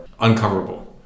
uncoverable